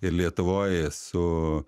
ir lietuvoj su